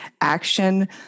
action